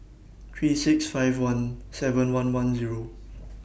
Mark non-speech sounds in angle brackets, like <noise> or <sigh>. three six five one seven one one Zero <noise>